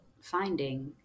finding